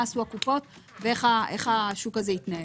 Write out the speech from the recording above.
מה עשו הקופות ואיך השוק התנהל?